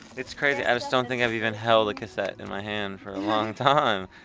it's crazy. i just don't think i've even held a cassette in my hand for a long time.